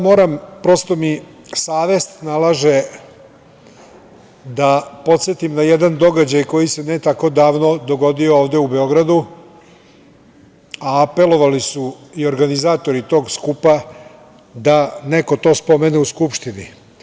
Moram, prosto mi savest nalaže, da podsetim na jedan događaj koji se ne tako davno dogodio ovde u Beogradu, a apelovali su i organizatori tog skupa da neko to spomene u Skupštini.